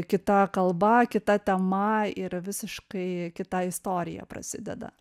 kita kalba kita tema ir visiškai kita istorija prasideda